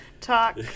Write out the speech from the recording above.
talk